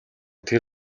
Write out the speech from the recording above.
тэр